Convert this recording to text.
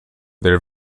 their